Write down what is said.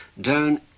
down